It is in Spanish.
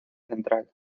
central